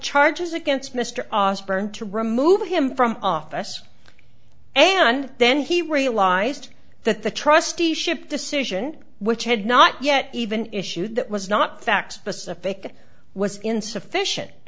charges against mr osbourne to remove him from office and then he realized that the trusteeship decision which had not yet even issued that was not fact pacific was insufficient